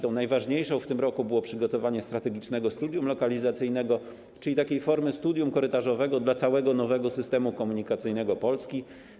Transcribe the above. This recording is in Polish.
Tą najważniejszą w tym roku było przygotowanie strategicznego studium lokalizacyjnego, czyli formy studium korytarzowego dla całego nowego systemu komunikacyjnego Polski.